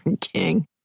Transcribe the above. King